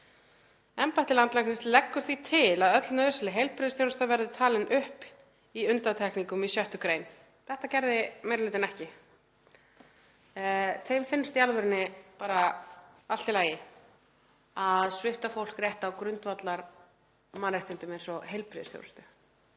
Embætti landlæknis leggur því til að öll nauðsynleg heilbrigðisþjónusta verði talin upp í undantekningum Í 6. gr.“ Þetta gerði meiri hlutinn ekki. Þeim finnst í alvörunni bara allt í lagi að svipta fólk rétti á grundvallarmannréttindum eins og heilbrigðisþjónustu.